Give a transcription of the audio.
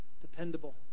Dependable